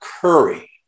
Curry